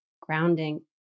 grounding